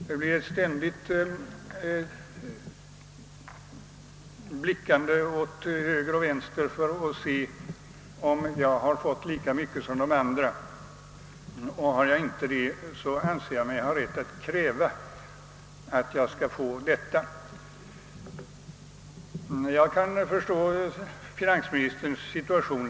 Det blir ett ständigt blickande åt höger och vänster för att se om man har fått lika mycket som de andra. Har man inte detta anser man sig ha rätt att kräva att man skall få det. Jag kan förstå finansministerns situation.